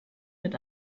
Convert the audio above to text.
mit